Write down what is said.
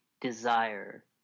desire